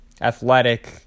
Athletic